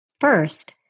First